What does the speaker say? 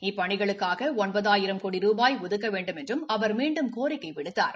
இப்பணிகளுக்காக ஒன்பதாயிரம் ஒதுக்க ரூபாய் வேண்டுமென்றும் அவர் மீண்டும் கோரிக்கை விடுத்தார்